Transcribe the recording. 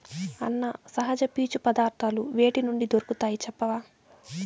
అన్నా, సహజ పీచు పదార్థాలు వేటి నుండి దొరుకుతాయి చెప్పవా